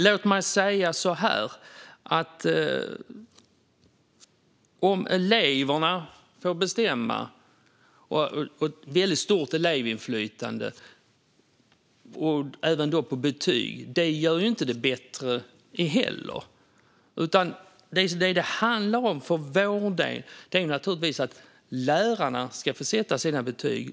Låt mig säga så här: Att eleverna får bestämma och det blir ett stort elevinflytande även på betyg gör inte heller att det blir bättre, utan vad det handlar om för vår del är naturligtvis att lärarna ska få sätta sina betyg.